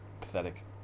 Pathetic